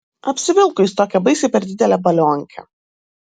apsivilko jis tokią baisiai per didelę balionkę